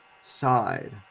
side